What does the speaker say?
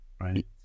right